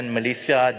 Malaysia